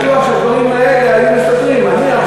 בעיקר הם דוברים ערבית ורוסית.